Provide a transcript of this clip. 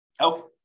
Okay